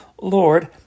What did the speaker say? Lord